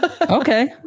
Okay